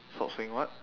stop saying what